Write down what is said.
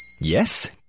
yes